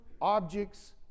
objects